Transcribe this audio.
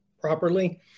properly